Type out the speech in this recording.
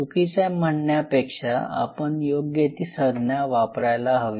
चुकीच्या म्हणण्यापेक्षा आपण योग्य ती संज्ञा वापरायला हवी